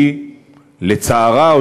לצערה,